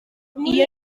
iyi